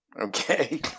Okay